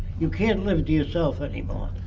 you can't live to yourself anymore.